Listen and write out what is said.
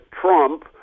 Trump